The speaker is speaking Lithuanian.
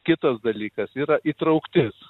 kitas dalykas yra įtrauktis